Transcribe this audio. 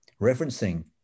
referencing